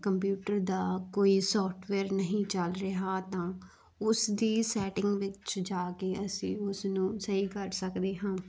computer ਦਾ ਕੋਈ software ਨਹੀਂ ਚੱਲ ਰਿਹਾ ਤਾਂ ਉਸ ਦੀ ਸੈਟਿੰਗ ਵਿੱਚ ਜਾ ਕੇ ਅਸੀਂ ਉਸਨੂੰ ਸਹੀ ਕਰ ਸਕਦੇ ਹਾਂ